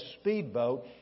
speedboat